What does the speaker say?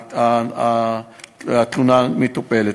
ולכן, התלונה מטופלת.